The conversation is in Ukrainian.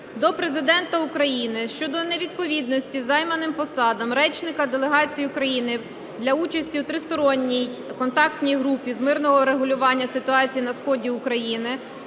до Президента України щодо невідповідності займаним посадам речника делегації України для участі у Тристоронній контактній групі з мирного врегулювання ситуації на сході України